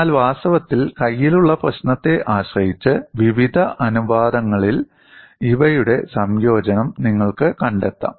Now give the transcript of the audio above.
എന്നാൽ വാസ്തവത്തിൽ കയ്യിലുള്ള പ്രശ്നത്തെ ആശ്രയിച്ച് വിവിധ അനുപാതങ്ങളിൽ ഇവയുടെ സംയോജനം നിങ്ങൾക്ക് കണ്ടെത്താം